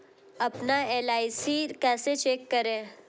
अपना एल.आई.सी कैसे चेक करें?